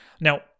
Now